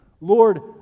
Lord